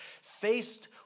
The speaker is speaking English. faced